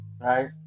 right